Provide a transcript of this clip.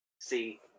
see